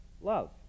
love